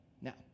Now